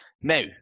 Now